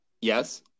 Yes